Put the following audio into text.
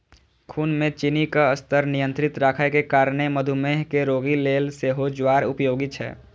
खून मे चीनीक स्तर नियंत्रित राखै के कारणें मधुमेह के रोगी लेल सेहो ज्वार उपयोगी छै